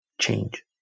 change